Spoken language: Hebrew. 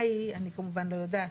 כמובן שאני לא יודעת.